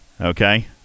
okay